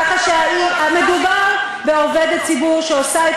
כך שהמדובר בעובדת ציבור שעושה את